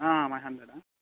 five హండ్రెడా